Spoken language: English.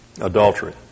adultery